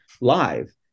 live